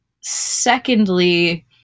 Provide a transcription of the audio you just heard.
Secondly